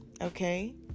Okay